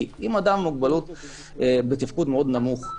כי אם אדם עם מוגבלת בתפקוד מאוד נמוך,